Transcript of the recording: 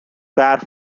برف